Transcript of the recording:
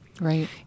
Right